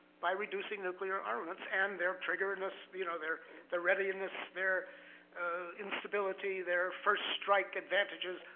by reducing nuclear armaments, and their triggerness, you know their their readiness, their instability, their first strike advantages,